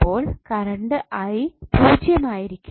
അപ്പോൾ കറണ്ട് പൂജ്യം ആയിരിക്കും